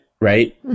right